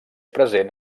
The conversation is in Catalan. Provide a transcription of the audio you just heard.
present